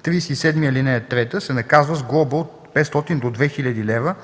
37, ал. 3, се наказва с глоба от 500 до 2000 лв.,